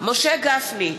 משה גפני,